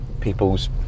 people's